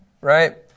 right